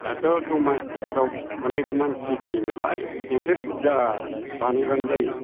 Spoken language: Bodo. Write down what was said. दाथ' दमासिफोराव अनेक मानसि जायोनालाय एसे बुरजा बानायबानो जायो